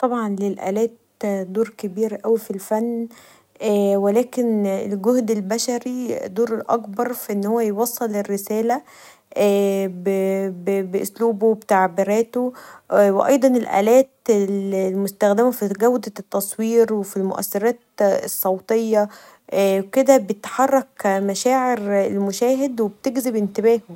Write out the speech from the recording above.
طبعا للالات دور كبير جدا في الفن و لكن الجهد البشري دور اكبر في انه يوصل الرساله بإسلوبه و بتعبراته و ايضاً الالات المستخدمه في جوده التصوير وفي المؤثرات الصوتيه بتحرك مشاعر المشاهد و بتجذب انتباهه.